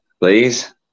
please